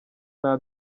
nta